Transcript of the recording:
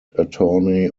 attorney